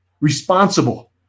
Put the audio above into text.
responsible